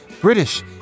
British